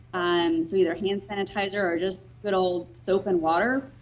so either hand sanitizer or just little soap and water,